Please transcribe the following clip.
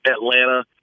atlanta